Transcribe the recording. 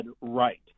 Right